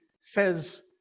says